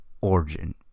origin